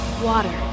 Water